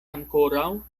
ankoraŭ